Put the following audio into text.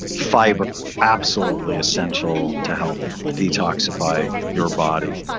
fiber, absolutely essential to help detoxify your body.